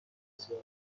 بسیار